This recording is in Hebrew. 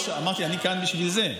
אמרתי: אני כאן בשביל זה.